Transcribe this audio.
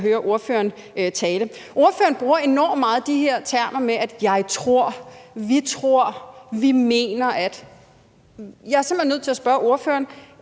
hører ordføreren tale. Ordføreren bruger enormt meget de her termer: jeg tror, vi tror, vi mener. Jeg er simpelt hen nødt til at sige til ordføreren: